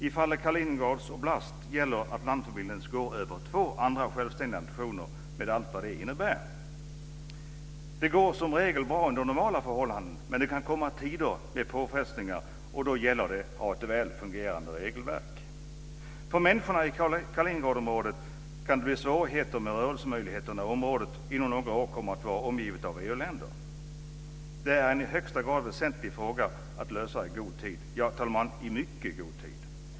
I fallet Kaliningrads oblast gäller att landförbindelsen går över två andra självständiga nationer, med allt vad detta innebär. Det går som regel bra under normala förhållanden. Men det kan komma tider med påfrestningar, och då gäller det att ha ett väl fungerande regelverk. För människorna i Kaliningradområdet kan det bli svårighet med rörelsemöjligheter när området inom några år kommer att vara omgivet av EU-länder. Det är en i högsta grad väsentlig fråga att lösa i god tid - ja, fru talman, i mycket god tid.